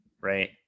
right